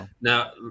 Now